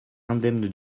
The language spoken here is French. indemne